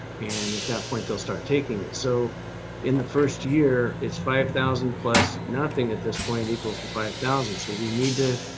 and at that point, they'll start taking it. so in the first year is five thousand plus nothing at this point equals to five thousand. so we need to,